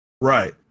Right